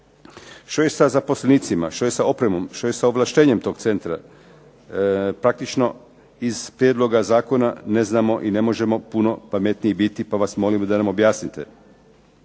što je sa zaposlenicima, što je sa opremom, što je sa ovlaštenjem tog centra. Praktično iz prijedloga zakona ne znamo i ne možemo puno pametniji biti, pa vas molimo da nam objasnite.